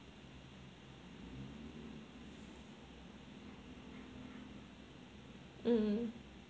mm